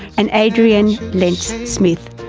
and adriane lentz-smith.